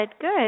good